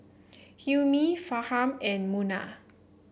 Hilmi Farhan and Munah